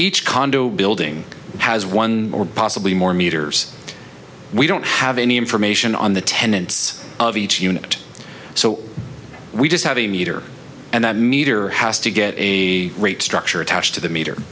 each condo building has one or possibly more meters we don't have any information on the tenants of each unit so we just have a meter and that meter has to get a rate structure attached to the meter